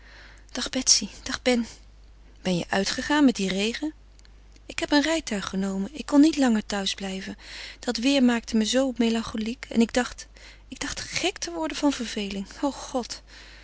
dag betsy dag ben ben je uitgegaan met dien regen ik heb een rijtuig genomen ik kon niet langer thuis blijven dat weêr maakte me zoo melancholiek en ik dacht ik dacht gek te worden van verveling o god